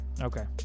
Okay